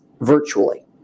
virtually